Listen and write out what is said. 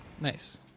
Nice